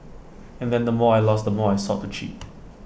and then the more I lost the more I sought to cheat